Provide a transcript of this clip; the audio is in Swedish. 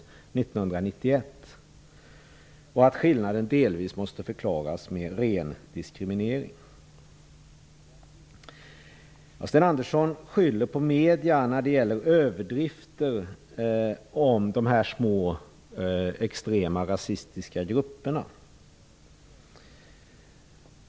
Skillnaden måste delvis förklaras med ren diskriminering. Sten Andersson skyller på medierna i samband med överdrifter när det gäller de små extrema rasistiska grupperna.